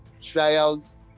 trials